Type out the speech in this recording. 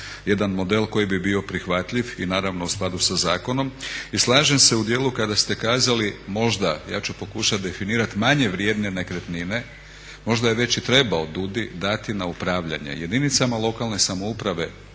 jedan model koji bi bio prihvatljiv i naravno u skladu sa zakonom. I slažem se u djelu kada ste kazali možda, ja ću pokušati definirati manje vrijedne nekretnine, možda je već i trebao DUUDI dati na upravljanje jedinicama lokalne samouprave